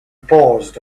paused